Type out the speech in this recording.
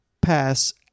pass